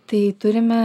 tai turime